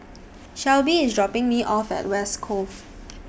Shelbi IS dropping Me off At West Grove